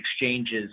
exchanges